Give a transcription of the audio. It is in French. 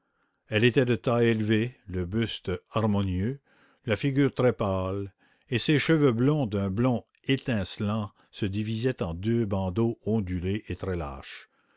elle était de taille élevée le buste harmonieux la figure assez pâle et ses cheveux blonds se divisaient en deux bandeaux ondulés et très lâches